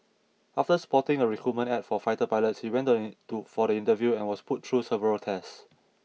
after spotting a recruitment ad for fighter pilots he went to for the interview and was put through several tests